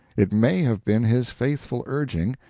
it may have been his faithful urging,